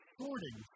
sorting